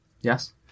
Yes